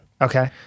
Okay